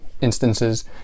instances